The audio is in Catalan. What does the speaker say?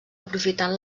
aprofitant